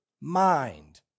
mind